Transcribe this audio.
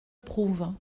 prouvent